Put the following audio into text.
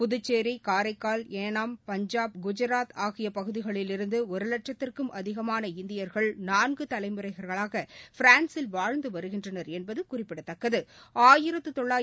புதுச்சேி காரைக்கால் ஏனாம் பஞ்சாப் குஜராத் ஆகியபகுதிகளிலிருந்துஒருவட்சத்திற்கும் அதிகமான இந்தியர்கள் நான்குதலைமுறைகளாகபிரான்ஸில் வாழ்ந்துவருகின்றனர் என்பதுகுறிப்பிடத்தக்கது